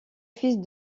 fils